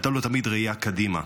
והייתה לו תמיד ראייה קדימה.